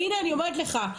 והנה אני אומרת לך,